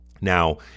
Now